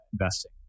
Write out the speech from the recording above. investing